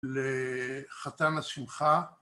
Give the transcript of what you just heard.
לחתן השמחה